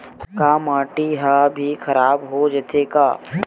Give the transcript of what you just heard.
का माटी ह भी खराब हो जाथे का?